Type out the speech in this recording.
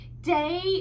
Day